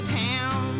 town